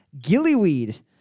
gillyweed